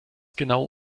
genau